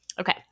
Okay